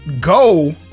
go